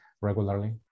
regularly